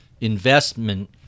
investment